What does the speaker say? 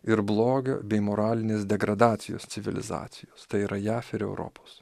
ir blogio bei moralinės degradacijos civilizacijos tai yra jav ir europos